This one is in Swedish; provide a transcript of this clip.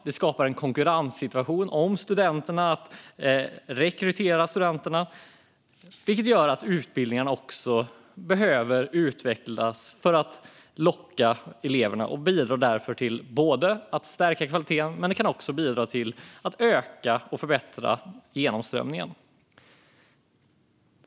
Det skapar en konkurrenssituation när det gäller att rekrytera studenterna, vilket gör att utbildningarna behöver utvecklas för att locka studenter. Detta bidrar till att både stärka kvaliteten och öka och förbättra genomströmningen.